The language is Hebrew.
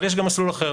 אבל יש גם מסלול אחר,